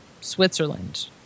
Switzerland